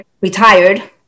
retired